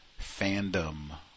fandom